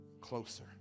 closer